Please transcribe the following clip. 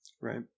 right